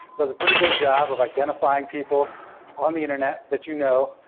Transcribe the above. does a pretty good job of identifying people on the internet that you know,